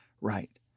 right